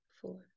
four